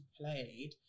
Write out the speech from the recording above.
played